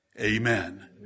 Amen